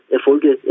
Erfolge